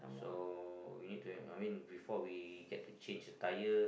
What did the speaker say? so we need to have I mean before we get to change the tire